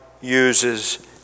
uses